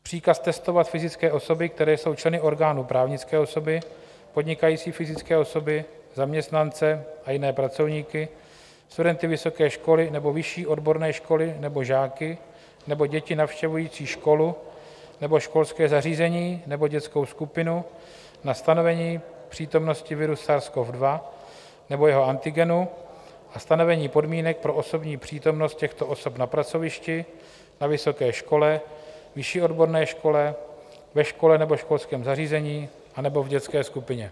Příkaz testovat fyzické osoby, které jsou členy orgánu právnické osoby, podnikající fyzické osoby, zaměstnance a jiné pracovníky, studenty vysoké školy nebo vyšší odborné školy nebo žáky nebo děti navštěvující školu nebo školské zařízení nebo dětskou skupinu na stanovení přítomnosti viru SARSCoV-2 nebo jeho antigenu a stanovení podmínek pro osobní přítomnost těchto osob na pracovišti, na vysoké škole, vyšší odborné škole, ve škole nebo školském zařízení anebo v dětské skupině.